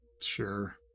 Sure